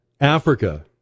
Africa